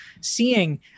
seeing